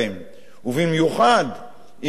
הם לא רוצים להתנדב למשטרה,